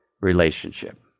relationship